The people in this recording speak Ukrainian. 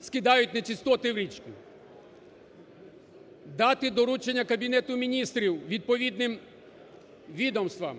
скидають нечистоти в річку. Дати доручення Кабінету Міністрів, відповідним відомствам